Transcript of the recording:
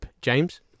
James